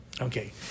Okay